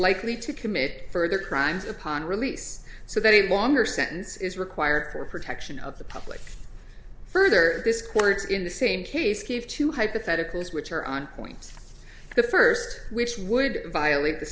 likely to commit further crimes upon release so that he won her sentence is required for protection of the public further this court in the same case gave to hypotheticals which are on point the first which would violate the